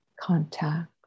contact